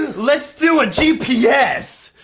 let's do a gps.